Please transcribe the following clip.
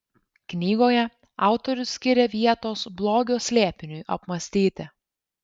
knygoje autorius skiria vietos blogio slėpiniui apmąstyti